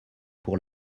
pour